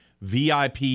VIP